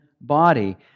body